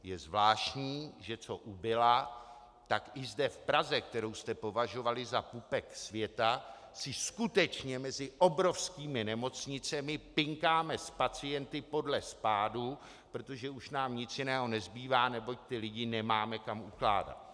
Je zvláštní, že co ubyla, tak i zde v Praze, kterou jste považovali za pupek světa, si skutečně mezi obrovskými nemocnicemi pinkáme s pacienty podle spádu, protože už nám nic jiného nezbývá, neboť ty lidi nemáme kam ukládat.